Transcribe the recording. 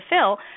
fill